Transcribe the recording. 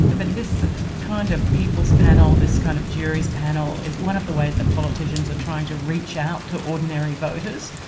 but this kind of people's panel, this kind of juries panel is one of the ways politicians are trying to reach out to ordinary voters.